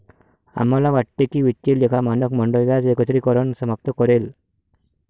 आम्हाला वाटते की वित्तीय लेखा मानक मंडळ व्याज एकत्रीकरण समाप्त करेल